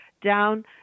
down